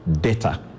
data